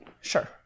sure